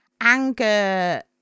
anger